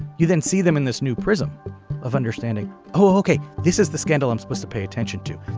you then see them in this new prism of understanding oh ok this is the scandal i'm supposed to pay attention to.